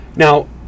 Now